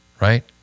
Right